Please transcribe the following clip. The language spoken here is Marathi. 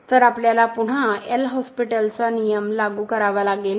तर आपल्याला पुन्हा एल' हॉस्पिटलचा नियम लागू करावा लागेल